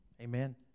Amen